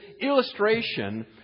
illustration